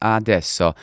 adesso